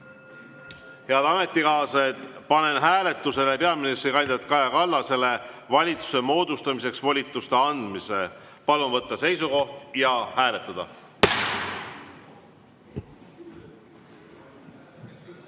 ametikaaslased, panen hääletusele peaministrikandidaat Kaja Kallasele valitsuse moodustamiseks volituste andmise. Palun võtta seisukoht ja hääletada!